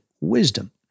wisdom